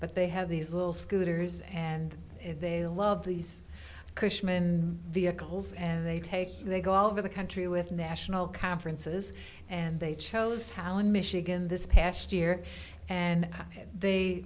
but they have these little scooters and they love these cushman vehicles and they take they go all over the country with national conferences and they chose how in michigan this past year and they